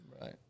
Right